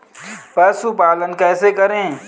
पशुपालन कैसे करें?